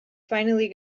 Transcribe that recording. finally